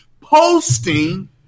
posting